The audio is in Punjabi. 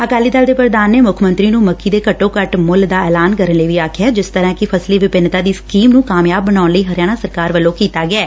ਅਕਾਲੀ ਦਲ ਦੇ ਪ੍ਰਧਾਨ ਨੇ ਮੁੱਖ ਮੰਤਰੀ ਨੇ ਮੱਕੀ ਦੇ ਘੱਟੋ ਘੱਟ ਮੁੱਲ ਦਾ ਐਲਾਨ ਕਰਨ ਲਈ ਵੀ ਆਖਿਆ ਜਿਸ ਤਰਾਂ ਕਿ ਫਸਲੀ ਵਿਭਿੰਨਤਾ ਦੀ ਸਕੀਮ ਨੂੰ ਕਾਮਯਾਬ ਬਣਾਉਣ ਲਈ ਹਰਿਆਣਾ ਸਰਕਾਰ ਵੱਲੋਂ ਕੀਤਾ ਗਿਐ